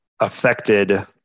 affected